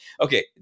Okay